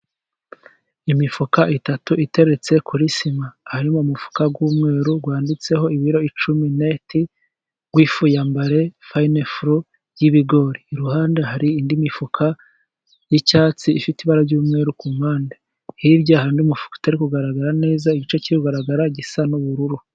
Imifuka itatu iteretse kuri sima, hari mo umufuka w'umweru wanditseho ibiro icumi neti w'ifu ya mbare fayinefru y'ibigori. Iruhande hari indi mifuka y'icyatsi, ifite ibara ry'umweru ku mpande. Hirya hari undi mufuka utari kugaragara neza, igice kiri kugaragara gisa n'ubururu.